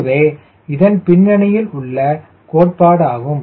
இதுவே இதன் பின்னணியில் உள்ள கோட்பாடாகும்